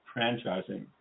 franchising